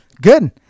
Good